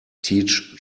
teach